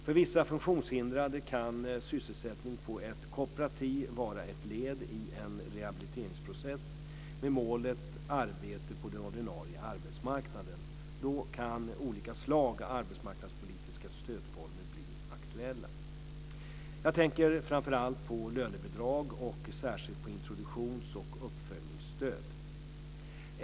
För vissa funktionshindrade kan sysselsättning på ett kooperativ vara ett led i en rehabiliteringsprocess med målet arbete på den ordinarie arbetsmarknaden. Då kan olika slag av arbetsmarknadspolitiska stödformer bli aktuella. Jag tänker framför allt på lönebidrag, och särskilt på introduktions och uppföljningsstöd.